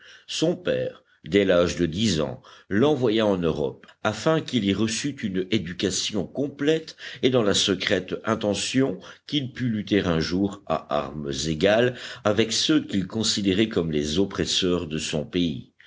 son père dès l'âge de dix ans l'envoya en europe afin qu'il y reçût une éducation complète et dans la secrète intention qu'il pût lutter un jour à armes égales avec ceux qu'il considérait comme les oppresseurs de son pays